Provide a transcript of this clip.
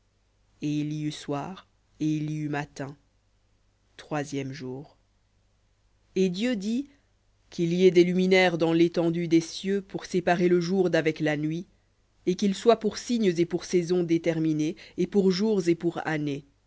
et il y eut matin troisième jour et dieu dit qu'il y ait des luminaires dans l'étendue des cieux pour séparer le jour d'avec la nuit et qu'ils soient pour signes et pour saisons et pour jours et pour années